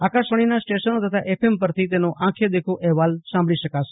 આકાશવાણીના સ્ટેશનો તથા એફએમ પરથી મેચનો આંખો દેખ્યો અહેવાલ સાંભળી શકાશે